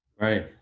Right